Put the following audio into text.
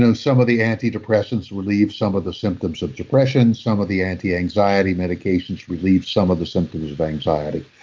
um some of the anti-depressants relieve some of the symptoms of depression. some of the anti-anxiety medications relieve some of the symptoms of anxiety.